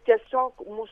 tiesiog mus